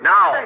Now